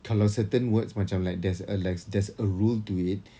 kalau certain words macam like there's a like there's a rule to it